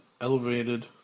elevated